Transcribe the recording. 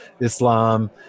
Islam